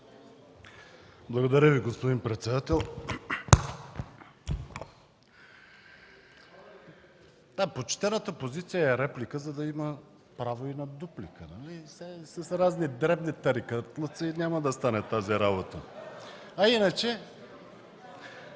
Благодаря Ви, господин председател. Да, почтената позиция е реплика, за да има право и на дуплика. Иначе с разни дребни тарикатлъци няма да стане тази работа. А иначе